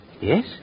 Yes